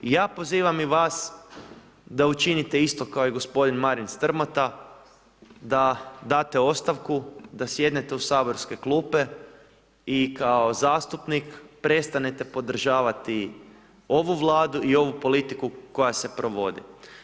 Ja pozivam i vas da učinite isto kao i gospodin Marin Strmota, da date ostavku, da sjednete u saborske klupe i kao zastupnik prestanete podržavati ovu Vladu i ovu politiku koja se provodi.